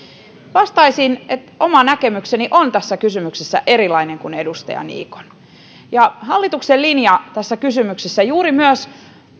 vastaisin että oma näkemykseni on tässä kysymyksessä erilainen kuin edustaja niikon hallituksen linja tässä kysymyksessä juuri myös